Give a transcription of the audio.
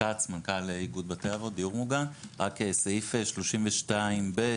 סעיף 32(ב),